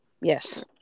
Yes